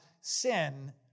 sin